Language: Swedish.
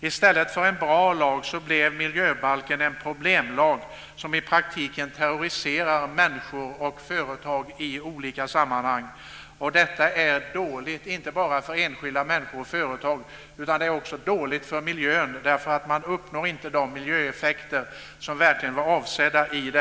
I stället för en bra lag blev miljöbalken en problemlag, som i praktiken terroriserar människor och företag. Detta är dåligt, inte bara för enskilda människor och företag utan också för miljön, därför att man uppnår inte de miljöeffekter som verkligen var avsedda.